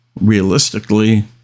realistically